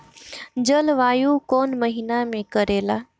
जलवायु कौन महीना में करेला?